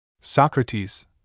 Socrates